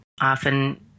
often